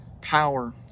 power